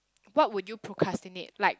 what would you procrastinate like